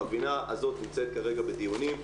החבילה הזאת נמצאת כרגע בדיונים.